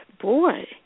Boy